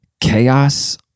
chaos